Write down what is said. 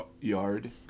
yard